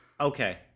Okay